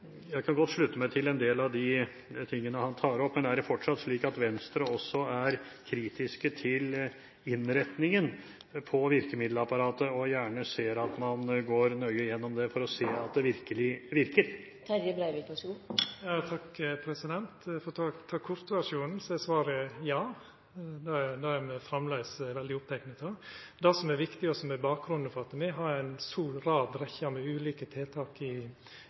Jeg kan godt slutte meg til en del av de tingene han tar opp, men er det fortsatt slik at Venstre også er kritisk til innretningen på virkemiddelapparatet og gjerne ser at man går nøye gjennom det for å se at det virkelig virker? Eg får ta kortversjonen, og då er svaret: Ja, det er me framleis veldig opptekne av. Det som er viktig, og som er bakgrunnen for at me i Venstre har ei stor rekkje med ulike tiltak i